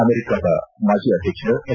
ಅಮೆರಿಕದ ಮಾಜಿ ಅಧ್ಯಕ್ಷ ಎಚ್